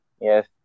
Yes